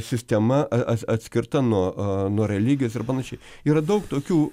sistema atskirta nuo nuo religijos ir panašiai yra daug tokių